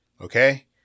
Okay